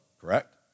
correct